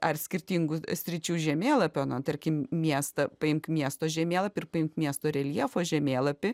ar skirtingų sričių žemėlapio nu tarkim miestą paimk miesto žemėlapį ir paimk miesto reljefo žemėlapį